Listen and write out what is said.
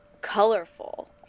colorful